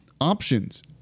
options